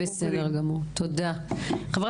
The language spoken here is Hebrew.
תודה על